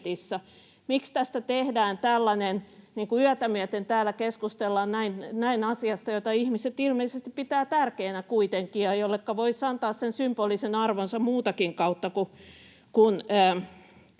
Miksi tästä tehdään tällainen, että yötä myöten täällä keskustellaan näin asiasta, jota ihmiset ilmeisesti pitävät kuitenkin tärkeänä ja jolleka voisi antaa sen symbolisen arvonsa muutakin kautta kuin